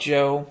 Joe